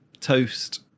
toast